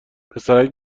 پسرک